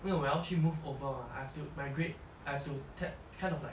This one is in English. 因为我要去 move over mah I have to migrate I have to kind of like